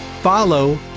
Follow